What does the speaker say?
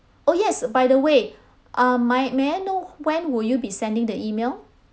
oh yes by the way uh my may I know when will you be sending the email